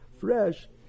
fresh